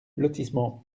lotissement